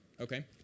Okay